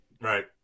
Right